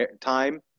time